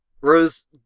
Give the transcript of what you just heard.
Rose